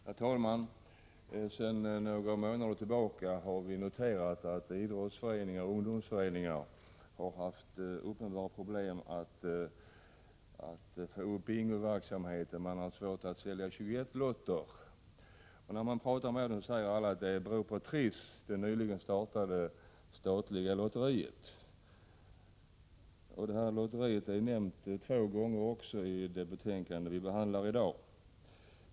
Herr talman! Sedan några månader har idrottsföreningar och ungdomsföreningar uppenbara problem med bingoverksamheten och med att sälja 21-lotter. När man pratar med dem säger de alla att det beror på Trisslotteriet, det nyligen startade statliga lotteriet. Det lotteriet är nämnt två gånger i det betänkande vi behandlar i dag.